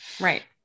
Right